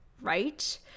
right